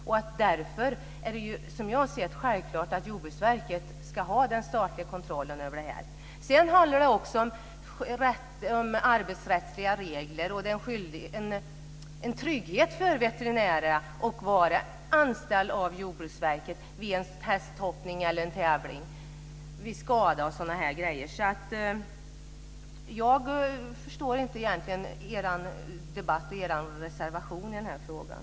Därför är det, som jag ser det, självklart att Jordbruksverket ska ha den statliga kontrollen. Sedan handlar det också om arbetsrättsliga regler. Det är en trygghet för veterinärerna att vara anställda av Jordbruksverket vid en hästhoppning eller en tävling, vid skada och sådant, så jag förstår egentligen inte er reservation i den här frågan.